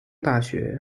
大学